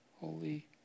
Holy